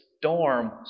storm